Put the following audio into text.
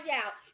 out